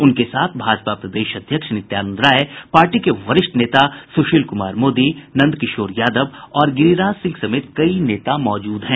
उनके साथ भाजपा प्रदेश अध्यक्ष नित्यानंद राय पार्टी के वरिष्ठ नेता सुशील कुमार मोदी नंदकिशोर यादव और गिरिराज सिंह समेत कई नेता मौजूद हैं